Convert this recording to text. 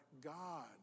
God